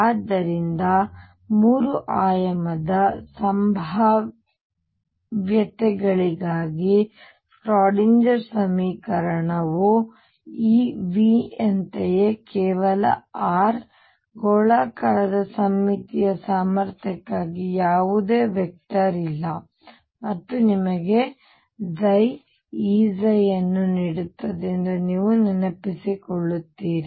ಆದ್ದರಿಂದ 3 ಆಯಾಮದ ಸಂಭಾವ್ಯತೆಗಳಿಗಾಗಿ ಶ್ರೋಡಿಂಗರ್ Schrödinger ಸಮೀಕರಣವು ಈ V ಯಂತೆಯೇ ಕೇವಲ r ಗೋಳಾಕಾರದ ಸಮ್ಮಿತೀಯ ಸಾಮರ್ಥ್ಯಕ್ಕಾಗಿ ಯಾವುದೇ ವೆಕ್ಟರ್ ಇಲ್ಲ ಮತ್ತು ಇದು ನಿಮಗೆ E ಅನ್ನು ನೀಡುತ್ತದೆ ಎಂದು ನೀವು ನೆನಪಿಸಿಕೊಳ್ಳುತ್ತೀರಿ